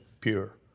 pure